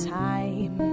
time